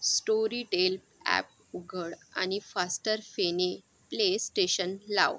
Storytel app उघड आणि Faster Phene PlayStation लाव